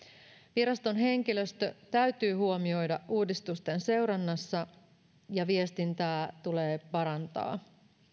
viraston henkilöstö täytyy huomioida uudistusten seurannassa ja viestintää tulee parantaa